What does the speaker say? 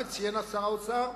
וציין שר האוצר,